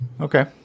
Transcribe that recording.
Okay